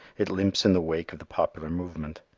it limps in the wake of the popular movement.